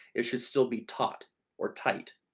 it should still be taught or tight.